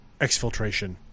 exfiltration